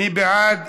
מי בעד?